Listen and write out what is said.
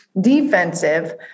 defensive